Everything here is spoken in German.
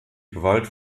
gewalt